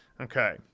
Okay